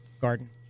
garden